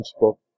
book